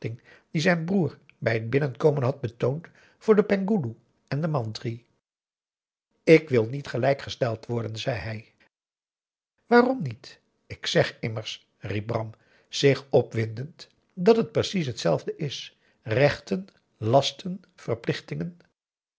die zijn broer bij het binnenkomen had betoond voor den penghoeloe en den mantri ik wil niet gelijk gesteld worden zei hij waarom niet ik zeg immers riep bram zich opwindend dat het precies t zelfde is rechten lasten verplichtingen